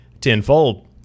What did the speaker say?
tenfold